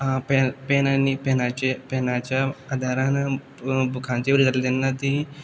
pen आनी पेनाचेर पेनाच्या आदारान बुकांचेर बरयताली तेन्ना ती